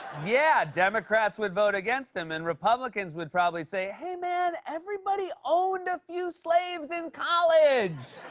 yeah. democrats would vote against him, and republicans would probably say, hey, man, everybody owned a few slaves in college.